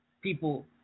people